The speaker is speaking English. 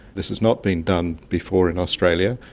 this has not been done before in australia.